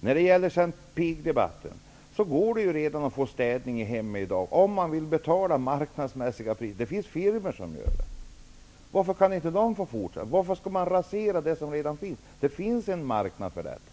När det sedan gäller pigdebatten går det redan i dag att få städning i hemmen om man vill betala marknadsmässiga priser. Det finns firmor som gör detta. Varför kan inte de få fortsätta? Varför skall man rasera det som redan finns? Det finns en marknad för detta.